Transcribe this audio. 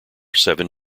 seven